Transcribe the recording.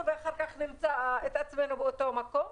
ואחר כך נמצא את עצמנו באותו מקום.